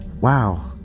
wow